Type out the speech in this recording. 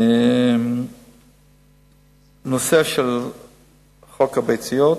חוק הביציות.